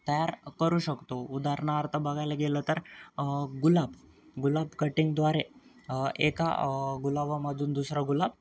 तयार करू शकतो उदाहरणार्थ बघायला गेलं तर गुलाब गुलाब कटिंगद्वारे एका गुलाबामधून दुसरा गुलाब